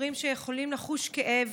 יצורים שיכולים לחוש כאב,